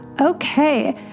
Okay